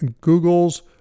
Google's